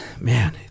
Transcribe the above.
man